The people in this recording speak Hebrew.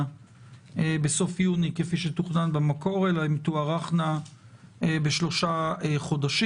בסוף יוני כפי שתוכנן במקור אלא הן תוארכנה בשלושה חודשים.